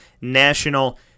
national